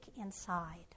inside